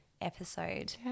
Episode